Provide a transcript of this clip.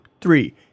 three